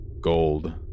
gold